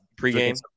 pregame